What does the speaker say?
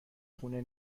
خونه